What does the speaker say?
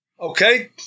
Okay